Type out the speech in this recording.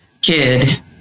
kid